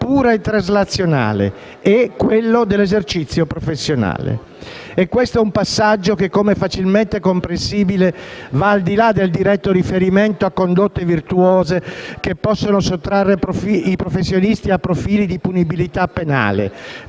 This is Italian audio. pura e traslazionale e dell'esercizio professionale. Questo è un passaggio che, come è facilmente comprensibile, va al di là del diretto riferimento a condotte virtuose che possono sottrarre i professionisti a profili di punibilità penale,